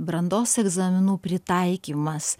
brandos egzaminų pritaikymas